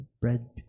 bread